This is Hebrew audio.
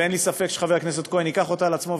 ואין לי ספק שחבר הכנסת כהן ייקח אותה על עצמו,